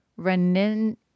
Renin